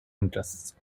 interests